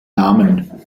namen